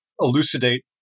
elucidate